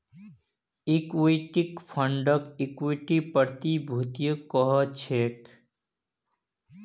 equity फंडक equity प्रतिभूतियो कह छेक